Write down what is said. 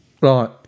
right